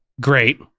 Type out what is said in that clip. Great